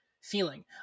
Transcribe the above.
feeling